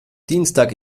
dienstag